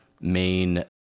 main